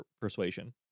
persuasion